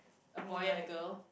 a boy and a girl